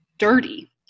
dirty